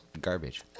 garbage